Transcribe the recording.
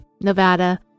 nevada